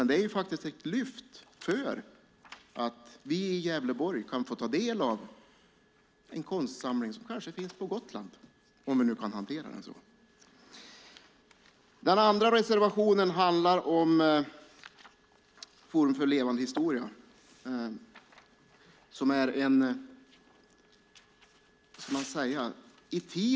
Det skulle innebära att vi i Gävleborg kan få ta del av en konstsamling som finns på Gotland till exempel. En annan reservation handlar om Forum för levande historia.